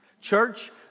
Church